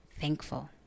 thankful